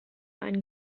einen